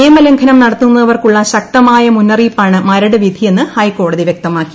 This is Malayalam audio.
നിയമലംഘനം നടത്തുന്നവർക്കുള്ള ശക്തമായ മുന്നറിയിപ്പാണ് മരട് വിധിയെന്ന് ഹൈക്കോടതി വൃക്തമാക്കി